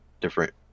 different